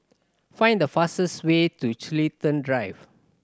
find the fastest way to Chiltern Drive